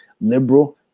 liberal